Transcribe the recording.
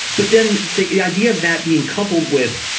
but then the idea of that being coupled with.